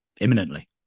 imminently